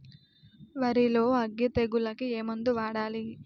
వరిలో అగ్గి తెగులకి ఏ మందు వాడాలి?